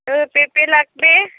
পেঁপে লাগবে